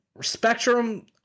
spectrum